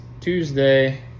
Tuesday